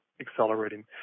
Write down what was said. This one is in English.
accelerating